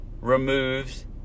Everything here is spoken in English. removes